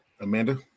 Amanda